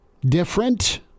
different